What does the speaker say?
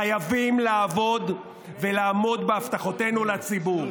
חייבים לעבוד ולעמוד בהבטחותינו לציבור.